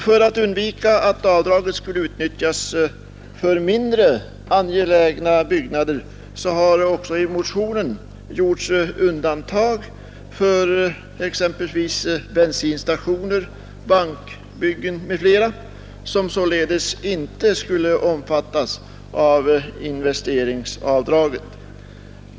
För att undvika att avdraget utnyttjas för mindre angelägna byggnader har det i motionen gjorts undantag för exempelvis bensinstationer och banker, som således inte skulle få åtnjuta investeringsavd rag.